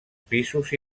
pisos